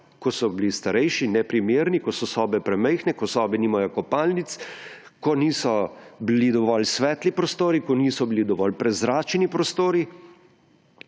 ko so bili starejši neprimerni, ko so sobe premajhne, ko sobe nimajo kopalnic, ko niso bili dovolj svetli prostori, ko niso bili dovolj prezračeni prostori.